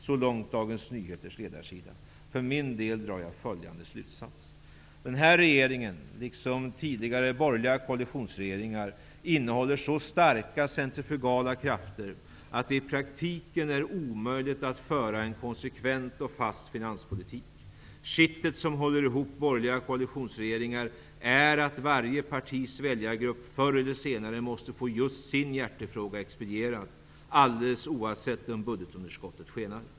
Så långt Dagens Nyheters ledarsida. För min egen del drar jag följande slutsats: Den här regeringen, liksom tidigare borgerliga koalitionsregeringar, innehåller så starka centrifugala krafter att det i praktiken är omöjligt att föra en konsekvent och fast finanspolitik. Kittet som håller ihop borgerliga koalitionsregeringar är att varje partis väljargrupp förr eller senare måste få just sin hjärtefråga expedierad -- alldeles oavsett om budgetunderskottet skenar.